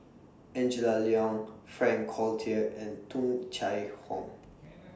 Angela Liong Frank Cloutier and Tung Chye Hong